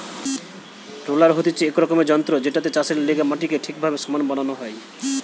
roller হতিছে এক রকমের যন্ত্র জেটাতে চাষের লেগে মাটিকে ঠিকভাবে সমান বানানো হয়